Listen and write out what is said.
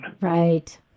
Right